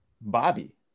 bobby